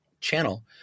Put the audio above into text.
channel